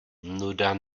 nuda